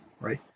right